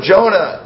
Jonah